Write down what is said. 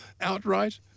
outright